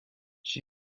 she